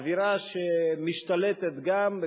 אווירה שמשתלטת גם,